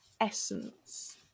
essence